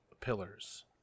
pillars